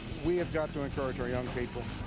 we have got to encourage our young people,